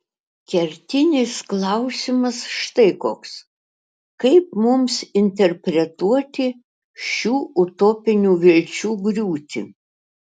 kertinis klausimas štai koks kaip mums interpretuoti šių utopinių vilčių griūtį